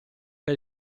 che